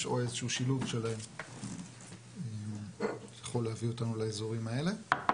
או איזה שהוא שילוב שלהם יכול להביא אותנו לאזורים האלה.